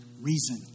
reason